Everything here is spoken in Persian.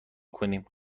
کنیم